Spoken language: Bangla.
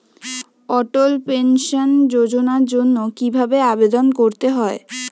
অটল পেনশন যোজনার জন্য কি ভাবে আবেদন করতে হয়?